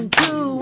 two